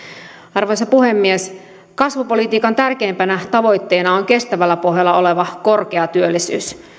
arvoisa puhemies kasvupolitiikan tärkeimpänä tavoitteena on kestävällä pohjalla oleva korkea työllisyys